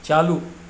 चालू